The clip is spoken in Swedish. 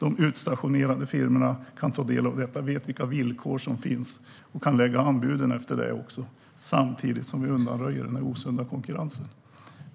De utstationerande firmorna kan ta del av det, vet vilka villkor som gäller och kan lägga fram sina anbud efter det. Samtidigt undanröjer vi den osunda konkurrensen.